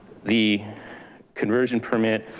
the conversion permit,